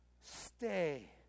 Stay